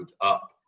up